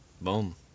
Boom